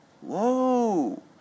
Whoa